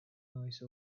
noise